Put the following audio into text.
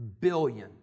billion